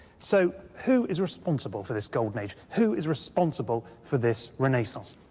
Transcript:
so, who is responsible for this golden age? who is responsible for this renaissance?